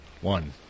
One